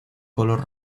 color